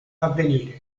avvenire